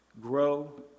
grow